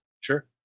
Sure